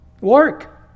Work